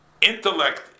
intellect